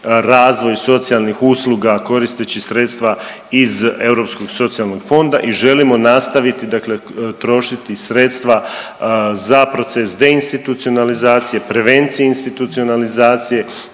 razvoj socijalnih usluga koristeći sredstva iz Europskog socijalnog fonda i želimo nastaviti dakle trošiti sredstva za proces deinstitucionalizacije, prevencije institucionalizacije